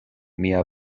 mia